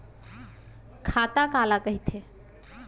खाता काला कहिथे?